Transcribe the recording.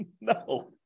No